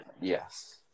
Yes